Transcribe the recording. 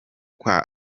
kwa